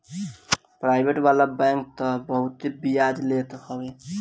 private वाला bank तअ बहुते बियाज लेत हवे